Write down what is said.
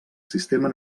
sistema